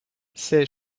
ces